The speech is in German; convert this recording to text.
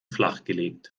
flachgelegt